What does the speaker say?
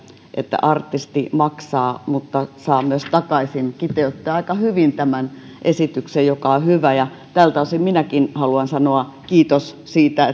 että artisti maksaa mutta saa myös takaisin kiteyttää aika hyvin tämän esityksen joka on hyvä ja tältä osin minäkin haluan sanoa kiitoksen siitä